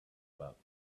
about